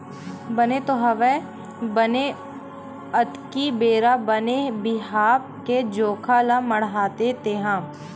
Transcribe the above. बने तो हवय बने अक्ती बेरा बने बिहाव के जोखा ल मड़हाले तेंहा